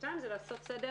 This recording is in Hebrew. שניים, זה לעשות סדר